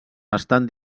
estan